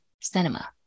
cinema